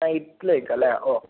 നൈറ്റിലേക്കല്ലേ ഓ